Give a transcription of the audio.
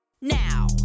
now